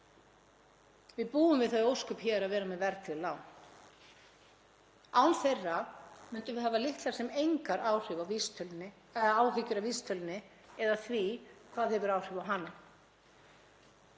Við búum við þau ósköp hér að vera með verðtryggð lán. Án þeirra myndum við hafa litlar sem engar áhyggjur af vísitölunni eða því hvað hefur áhrif á hana.